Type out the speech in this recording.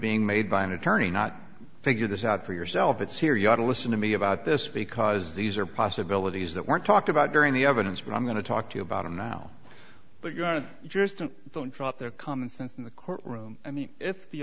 being made by an attorney not figure this out for yourself it's here ya don't listen to me about this because these are possibilities that were talked about during the evidence but i'm going to talk to you about it now but you are just an don't trust their common sense in the courtroom i mean if the